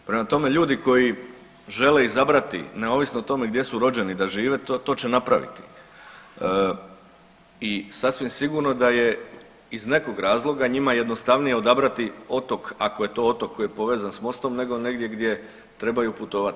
Prema tome, ljudi koji žele izabrati neovisno o tome gdje su rođeni da žive to, to će napraviti i sasvim sigurno da je iz nekog razloga njima jednostavnije odabrati otok ako je to otok koji je povezan s mostom nego negdje gdje trebaju putovati.